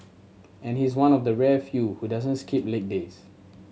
and he's one of the rare few who doesn't skip leg days